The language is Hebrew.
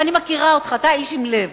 הרי אני מכירה אותך, אתה איש עם לב.